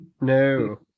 No